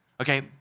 Okay